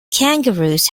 kangaroos